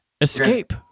Escape